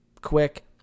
quick